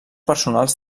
personals